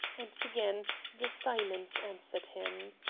and again the silence answered him.